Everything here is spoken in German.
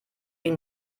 die